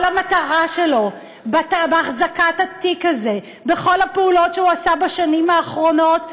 כל המטרה שלו בהחזקת התיק הזה ובכל הפעולות שהוא עשה בשנים האחרונות,